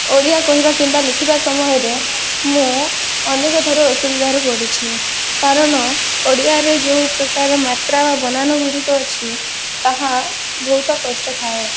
ଓଡ଼ିଆ କହିବା କିମ୍ବା ଲେଖିବା ସମୟରେ ମୁଁ ଅନେକ ଥର ଅସୁବିଧାରେ ପଡ଼ିଛି କାରଣ ଓଡ଼ିଆରେ ଯେଉଁପ୍ରକାର ମାତ୍ର ବା ବନାନ ଗୁଡ଼ିକ ଅଛି ତାହା ବହୁତ କଷ୍ଟ ଥାଏ